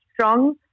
strong